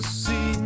see